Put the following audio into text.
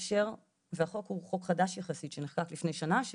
הוא חוק חדש יחסית שנחקק לפני שנה,